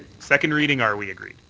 second reading are we agreed?